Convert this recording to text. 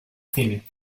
cine